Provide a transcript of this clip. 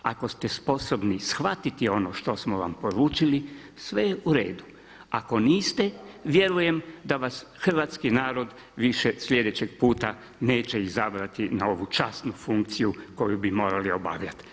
Ako ste sposobni shvatiti ono što smo vam poručili sve je u redu, ako niste vjerujem da vas hrvatski narod više slijedećeg puta neće izabrati na ovu časnu funkciju koju bi morali obavljati.